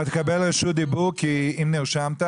אתה תקבל רשות דיבור אם נרשמת,